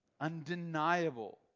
undeniable